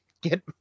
get